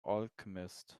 alchemists